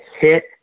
hit